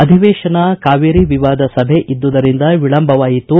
ಅಧಿವೇಶನ ಕಾವೇರಿ ವಿವಾದ ಸಭೆ ಇದ್ದಿದ್ದರಿಂದ ವಿಳಂಬವಾಯಿತು